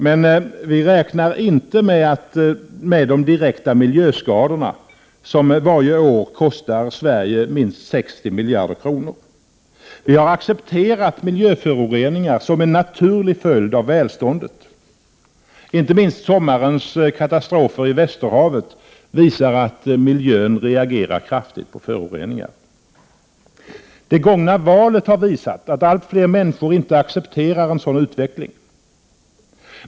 Men vi räknar inte med de direkta miljöskadorna, som varje år kostar Sverige minst 60 miljarder kronor. Vi har accepterat miljöföroreningar som en naturlig följd av välståndet. Inte minst sommarens katastrofer i Västerhavet visar att miljön reagerar kraftigt på föroreningar. Det gångna valet har visat att allt fler människor inte accepterar en sådan utveckling.